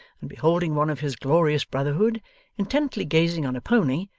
and beholding one of his glorious brotherhood intently gazing on a pony,